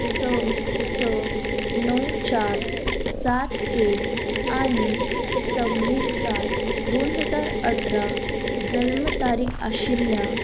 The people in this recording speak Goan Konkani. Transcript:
स स णव चार सात एक आनी सव्वीस सात दोन हजार अठरा जल्म तारीक आशिल्ल्या